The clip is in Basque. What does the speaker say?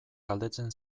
galdetzen